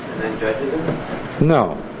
No